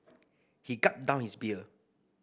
he gulped down his beer